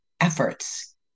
efforts